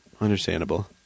Understandable